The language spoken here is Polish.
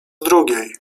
drugiej